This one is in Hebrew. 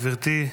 תודה, גברתי.